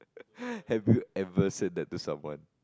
have you ever say that to someone